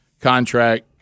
contract